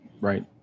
Right